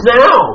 now